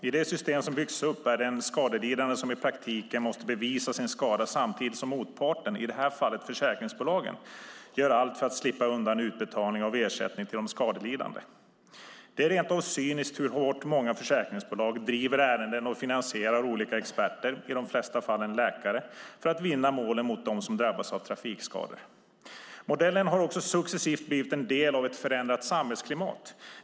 I det system som har byggts upp är det den skadelidande som i praktiken måste bevisa sin skada samtidigt som motparten, i det här fallet försäkringsbolagen, gör allt för att slippa undan utbetalning av ersättning till den skadelidande. Det är rent av cyniskt hur hårt många försäkringsbolag driver ärenden och finansierar olika experter, i de flesta fall läkare, för att vinna målen mot dem som drabbats av trafikskador. Modellen har också successivt blivit en del av ett förändrat samhällsklimat.